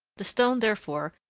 the stone, therefore,